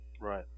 Right